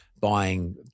buying